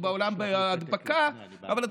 אבל אצלנו,